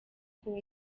kuba